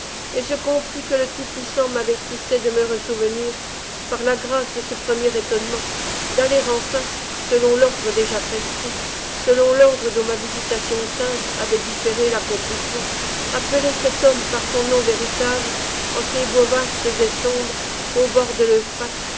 et je compris que le tout-puissant m'avertissait de me ressouvenir par la grâce de ce premier étonnement d'aller enfin selon l'ordre déjà prescrit selon l'ordre dont ma visitation sainte avait différé l'accomplissement appeler cet homme par son nom véritable en ces bois vastes et sombres au bord de